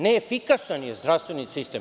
Neefikasan je zdravstveni sistem.